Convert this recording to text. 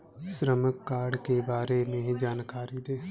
श्रम कार्ड के बारे में जानकारी दें?